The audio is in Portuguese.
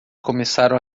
começaram